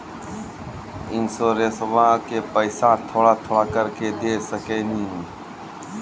इंश्योरेंसबा के पैसा थोड़ा थोड़ा करके दे सकेनी?